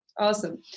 Awesome